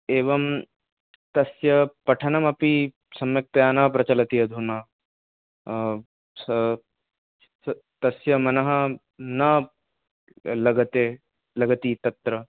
एवं तस्य पठनमपि सम्यक्तया न प्रचलति अधुना स त तस्य मनः न लगते लगति तत्र